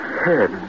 head